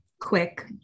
quick